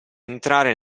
entrare